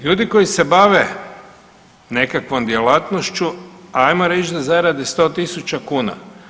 Ljudi koji se bave nekakvom djelatnošću ajmo reć da zarade 100.000 kuna.